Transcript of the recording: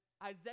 Isaiah